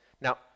Now